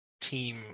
team